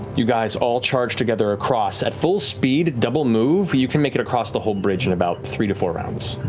you guys all charge together across. at full speed, double move, you can make it across the whole bridge in about three to four rounds.